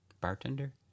Bartender